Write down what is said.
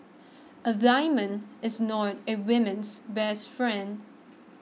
a diamond is not a women's best friend